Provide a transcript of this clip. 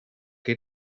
que